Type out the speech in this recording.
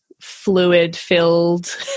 fluid-filled